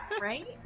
right